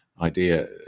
idea